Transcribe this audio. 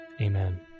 Amen